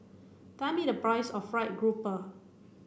tell me the price of fried grouper